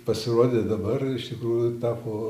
pasirodė dabar iš tikrųjų tapo